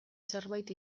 zerbait